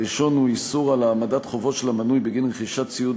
הראשון הוא איסור על העמדת חובות של המנוי בגין רכישת ציוד